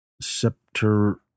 scepter